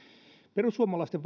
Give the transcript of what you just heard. perussuomalaisten